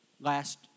last